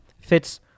fits